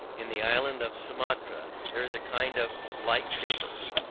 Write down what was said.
in the island of sumatra there is a kind of light-chafers,